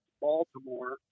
Baltimore